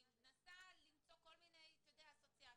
אני מנסה למצוא כל מיני אסוציאציות